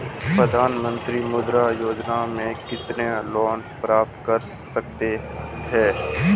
प्रधानमंत्री मुद्रा योजना में कितना लोंन प्राप्त कर सकते हैं?